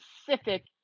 specific